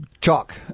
Chalk